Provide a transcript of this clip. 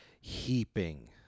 heaping